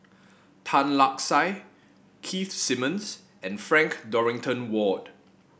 Tan Lark Sye Keith Simmons and Frank Dorrington Ward